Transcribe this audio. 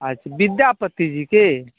अच्छा विद्यापति जीके